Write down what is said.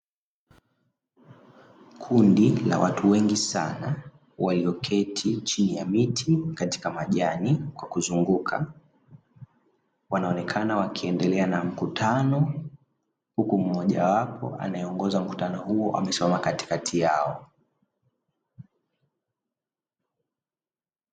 Kundi la watu wengi sana walioketi chini ya miti katika majani kwa kuzunguka, wanaonekana wakiendelea na mkutano. Huku mmoja wapo anayeongoza mkutano huo amesimama katikati yao.